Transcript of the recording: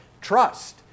trust